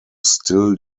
still